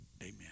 Amen